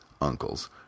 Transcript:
uncles